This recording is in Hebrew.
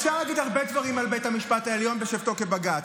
אפשר להגיד הרבה דברים על בית המשפט העליון בשבתו כבג"ץ,